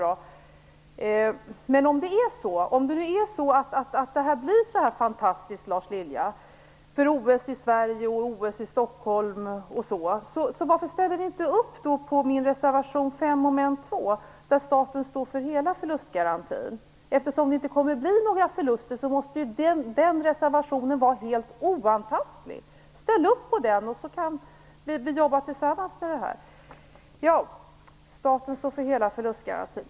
Om OS i Sverige och Stockholm nu blir så fantastiskt, Lars Lilja, varför ställer ni då inte upp på min reservation 5, moment 2? Den innebär att staten står för hela förlustgarantin. Eftersom det inte kommer att bli några förluster måste den reservationen vara helt oantastlig. Ställ upp på den, och låt oss jobba tillsammans med detta. Staten står för hela förlustgarantin.